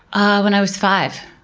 ah when i was five.